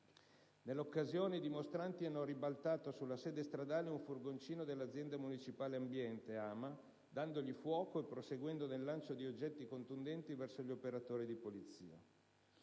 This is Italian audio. Nell'occasione i dimostranti hanno ribaltato sulla sede stradale un furgoncino dell'Azienda municipale ambiente (AMA) dandogli fuoco e proseguendo nel lancio di oggetti contundenti verso gli operatori di polizia.